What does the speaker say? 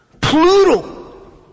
plural